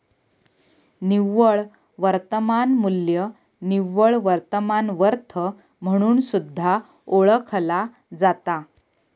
निव्वळ वर्तमान मू्ल्य निव्वळ वर्तमान वर्थ म्हणून सुद्धा ओळखला जाता